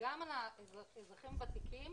וגם על אזרחים ותיקים,